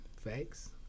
Facts